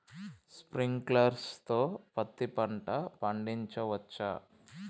Sprinkler తో పత్తి పంట పండించవచ్చా?